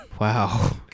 Wow